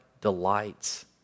delights